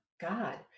God